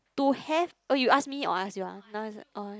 to have oh you ask me or ask yours ah now is it all